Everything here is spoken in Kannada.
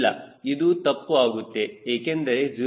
ಇಲ್ಲ ಇದು ತಪ್ಪು ಆಗುತ್ತೆ ಏಕೆಂದರೆ 0